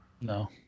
No